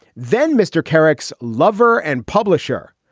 then mr. kerik's lover and publisher,